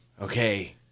Okay